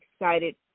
excited